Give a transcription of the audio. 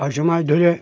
পার্শে মাছ ধরে